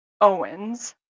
Owens